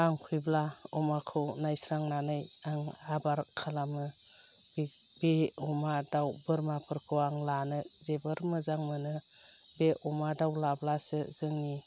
आं फैब्ला अमाखौ नायस्रांनानै आं आबार खालामो बे बि अमा दाउ बोरमाफोरखौ आं लानो जोबोर मोजां मोनो बे अमा दाउ लाब्लासो जोंनि